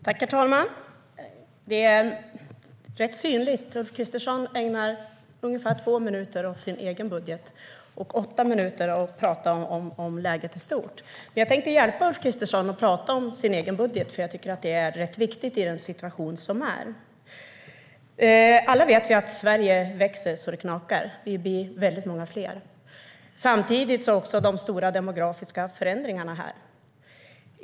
Herr talman! Det hela är rätt tydligt. Ulf Kristersson ägnar ungefär två minuter åt sin egen budget och åtta minuter åt att tala om läget i stort. Jag tänkte hjälpa Ulf Kristersson att tala om hans budget, för det är ganska viktigt i den situation som råder. Alla vet vi att Sverige växer så det knakar. Vi blir väldigt många fler. Samtidigt har vi de stora demografiska förändringarna.